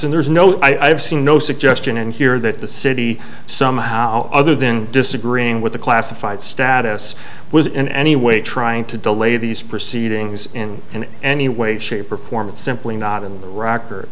and there's no i've seen no suggestion in here that the city somehow other than disagreeing with the classified status was in any way trying to delay these proceedings in an any way shape or form it's simply not in the rocker